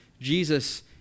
Jesus